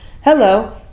Hello